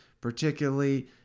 particularly